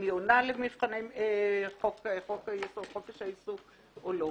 אם היא עונה למבחני חופש העיסוק או לא.